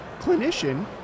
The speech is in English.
clinician